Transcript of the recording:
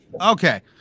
Okay